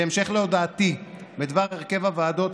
בהמשך להודעתי בדבר הרכב הוועדות,